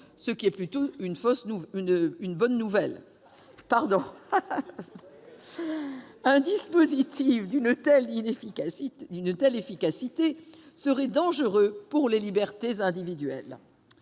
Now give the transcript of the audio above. d'ailleurs plutôt une bonne nouvelle, car un dispositif d'une telle efficacité serait dangereux pour les libertés individuelles.